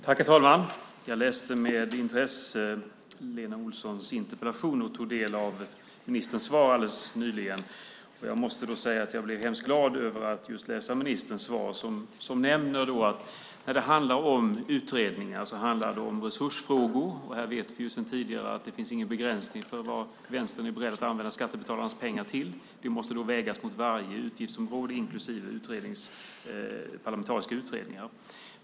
Herr talman! Jag läste med intresse Lena Olssons interpellation och tog del av ministerns svar alldeles nyligen. Jag måste då säga att jag blev glad över att läsa ministerns svar, där hon nämner att när det gäller utredningar handlar det om resurser. Här vet vi ju sedan tidigare att det inte finns någon begränsning för vad Vänstern är beredd att använda skattebetalarnas pengar till. Det måste då vägas mot varje utgiftsområde inklusive parlamentariska utredningar.